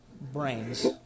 brains